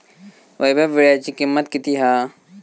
वैभव वीळ्याची किंमत किती हा?